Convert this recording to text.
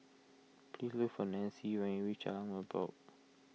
please look for Nanci when you reach Jalan Merbok